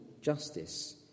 justice